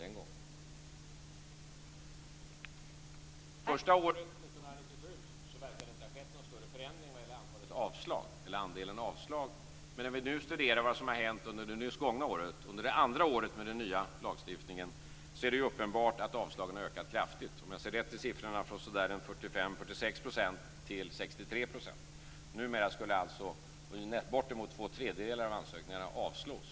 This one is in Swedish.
Första året, 1997, verkade det inte ha skett någon större förändring när det gäller antalet avslag. Men när vi nu studerar vad som har hänt under det gångna året, under det andra året med den nya lagstiftningen, är det uppenbart att antalet avslag har ökat kraftigt. Om jag har läst rätt har avslagen ökat från 45-46 % till 63 %. Numera skulle alltså bortemot två tredjedelar av ansökningarna avslås.